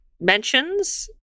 mentions